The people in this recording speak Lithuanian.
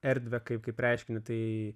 erdvę kaip kaip reiškinį tai